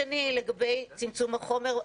לגבי צמצום החומר,